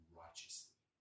righteously